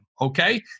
Okay